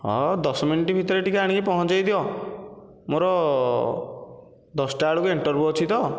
ହଁ ଦଶ ମିନିଟ୍ ଭିତରେ ଟିକିଏ ଆଣିକି ପହଞ୍ଚେଇଦିଅ ମୋର ଦଶଟା ବେଳକୁ ଇଣ୍ଟରଭ୍ୟୁ ଅଛି ତ